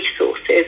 resources